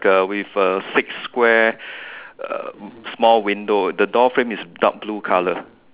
the with a six square uh small window the door frame is dark blue colour